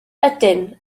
ydyn